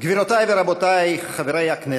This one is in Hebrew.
גבירותיי ורבותיי חברי הכנסת,